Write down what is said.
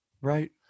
Right